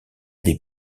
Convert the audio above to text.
des